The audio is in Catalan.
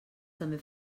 també